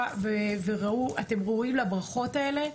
ואתם ראויים לברכות האלה.